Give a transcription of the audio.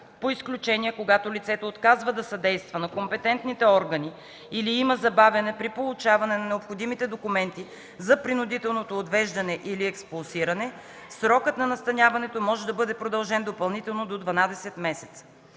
По изключение, когато лицето отказва да съдейства на компетентните органи или има забавяне при получаване на необходимите документи за принудителното отвеждане или експулсиране, срокът на настаняването може да бъде продължен допълнително до 12 месеца.